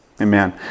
Amen